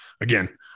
again